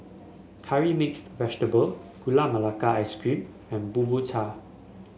Curry Mixed Vegetable Gula Melaka Ice Cream and bubur cha